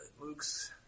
Luke's